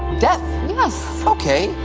death? yes. okay.